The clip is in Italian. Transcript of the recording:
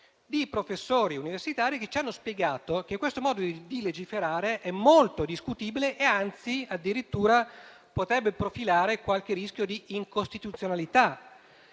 di professori universitari che ci hanno spiegato che questo modo di legiferare è molto discutibile e, anzi, potrebbe addirittura profilare qualche rischio di incostituzionalità,